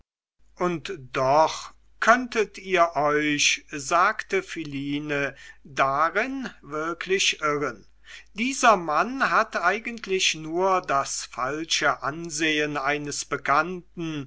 und doch könntet ihr euch sagte philine darin wirklich irren dieser mann hat eigentlich nur das falsche ansehen eines bekannten